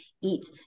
eat